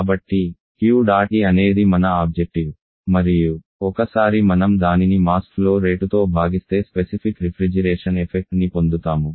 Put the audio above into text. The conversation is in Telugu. కాబట్టి Q డాట్ E అనేది మన ఆబ్జెక్టివ్ మరియు ఒకసారి మనం దానిని మాస్ ఫ్లో రేటుతో భాగిస్తే స్పెసిఫిక్ రిఫ్రిజిరేషన్ ఎఫెక్ట్ ని పొందుతాము